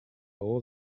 all